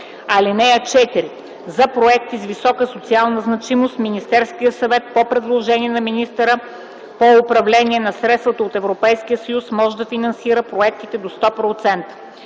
(4) За проекти с висока социална значимост Министерският съвет, по предложение на министъра по управление на средствата от Европейския съюз, може да финансира проектите до сто